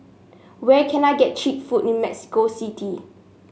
where can I get cheap food in Mexico City